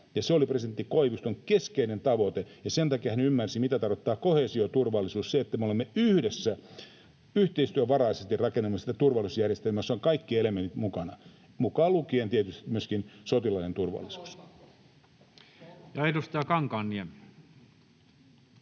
Se oli presidentti Koiviston keskeinen tavoite, ja sen takia hän ymmärsi, mitä tarkoittaa koheesioturvallisuus, se, että me olemme yhdessä yhteistyön varaisesti rakentamassa sitä turvallisuusjärjestelmää, jossa ovat kaikki elementit mukana, mukaan lukien tietysti myöskin sotilaallinen turvallisuus. [Speech